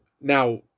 Now